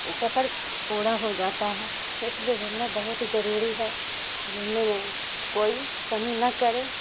سفر پورا ہو جاتا ہے اس لیے گھومنا بہت ضروری ہے گھومنے میں کوئی کمی نہ کرے